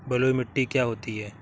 बलुइ मिट्टी क्या होती हैं?